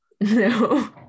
No